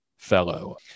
fellow